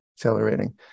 accelerating